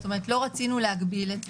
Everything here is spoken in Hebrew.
זאת אומרת שלא רצינו להגביל את זה.